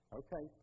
okay